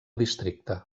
districte